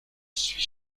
suis